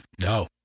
No